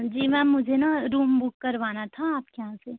जी ma'am मुझे ना room book करवाना था आपके यहाँ से